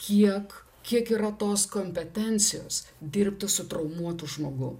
kiek kiek yra tos kompetencijos dirbti su traumuotu žmogum